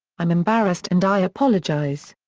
i'm embarrassed and i apologize.